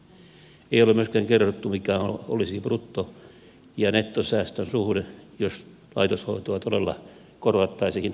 ei ole myöskään kerrottu mikä olisi brutto ja nettosäästön suhde jos laitoshoitoa todella korvattaisiin avohoidolla